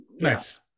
Nice